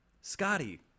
Scotty